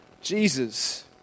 Jesus